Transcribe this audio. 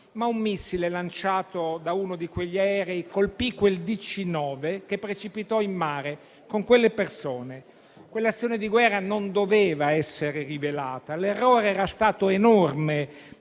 Ma un missile lanciato da uno di quegli aerei colpì quel DC-9, che precipitò in mare, con quelle persone. Quell'azione di guerra non doveva essere rivelata. L'errore era stato enorme